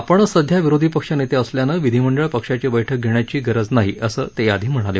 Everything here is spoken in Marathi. आपणच सध्या विरोधी पक्षनेते असल्यानं विधीमंडळ पक्षाची बैठक घेण्याची गरज नाही असं ते याआधी म्हणाले